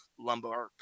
lumbar